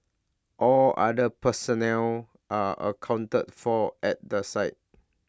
all other personnel are accounted for at the site